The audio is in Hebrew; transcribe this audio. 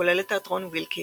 כולל את "תיאטרון וילקי",